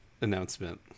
announcement